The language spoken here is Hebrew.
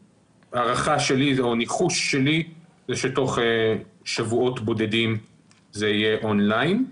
הניחוש שלי שבתוך שבועות בודדים זה יהיה און-ליין.